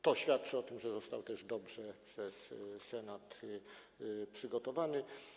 To świadczy o tym, że został dobrze przez Senat przygotowany.